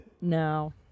No